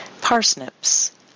Parsnips